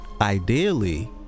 ideally